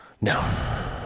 No